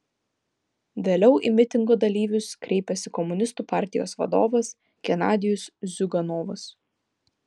vėliau į mitingo dalyvius kreipėsi komunistų partijos vadovas genadijus ziuganovas